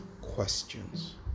questions